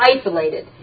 Isolated